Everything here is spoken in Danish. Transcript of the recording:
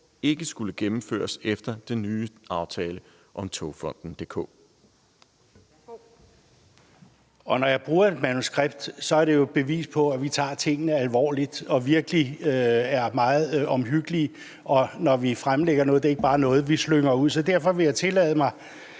Kl. 13:10 Finansministeren (Claus Hjort Frederiksen): Når jeg bruger et manuskript, er det jo et bevis på, at vi tager tingene alvorligt og virkelig er meget omhyggelige, og at når vi fremlægger noget, er det ikke bare noget, vi slynger ud. Så derfor vil jeg tillade mig